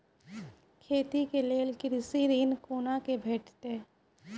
खेती के लेल कृषि ऋण कुना के भेंटते?